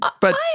but-